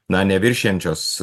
na neviršijančios